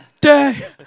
day